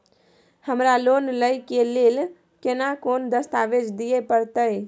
हमरा लोन लय के लेल केना कोन दस्तावेज दिए परतै?